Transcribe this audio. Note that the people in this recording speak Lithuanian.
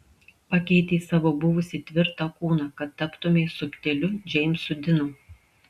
pakeitei savo buvusį tvirtą kūną kad taptumei subtiliu džeimsu dinu